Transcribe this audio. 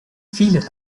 viele